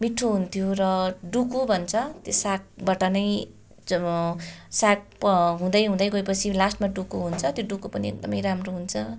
मिठो हुन्थ्यो र डुकु भन्छ त्यो सागबाट नै चाहिँ साग हुँदै हुँदै गएपछि लास्टमा डुकु हुन्छ त्यो डुकु पनि एकदमै राम्रो हुन्छ